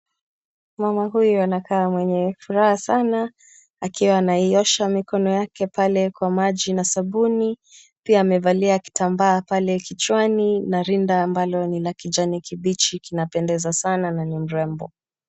Mama huyu anakaa mwenye furaha sana akiwa anaiosha mikono yake pale kwa maji na sabuni. Pia amevalia kitamba pale kichwani na rinda ambalo ni kijani kibichi kinapendeza sana na ni mrembo.